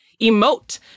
emote